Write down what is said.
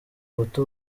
guta